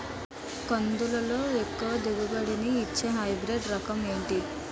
కందుల లో ఎక్కువ దిగుబడి ని ఇచ్చే హైబ్రిడ్ రకం ఏంటి?